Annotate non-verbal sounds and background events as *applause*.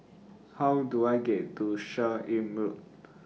How Do I get to Seah Im Road *noise*